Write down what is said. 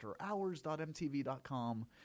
afterhours.mtv.com